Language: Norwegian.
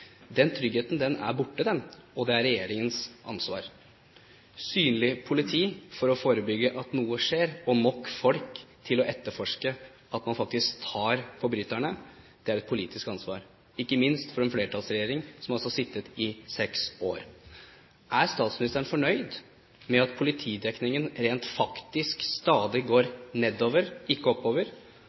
Den tryggheten er borte, og det er regjeringens ansvar. Synlig politi for å forebygge at noe skjer, og nok folk til å etterforske, at man faktisk tar forbryterne, er et politisk ansvar, ikke minst for en flertallsregjering som har sittet i seks år. Er statsministeren fornøyd med at politidekningen rent faktisk stadig går nedover, ikke oppover,